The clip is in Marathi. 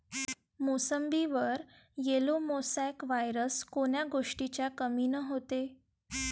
मोसंबीवर येलो मोसॅक वायरस कोन्या गोष्टीच्या कमीनं होते?